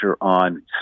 on